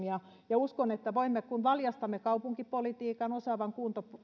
ja pääkaupunkiseutua uskon että kun valjastamme kaupunkipolitiikan osaavan